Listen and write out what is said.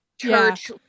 church